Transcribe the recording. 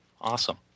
awesome